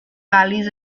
valleys